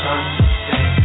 understand